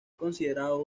considerado